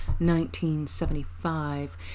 1975